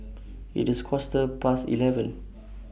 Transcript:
IT IS A Quarter Past eleven